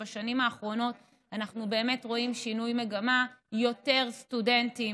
בשנים האחרונות אנחנו באמת רואים שינוי מגמה: יותר סטודנטים